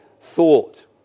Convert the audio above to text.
thought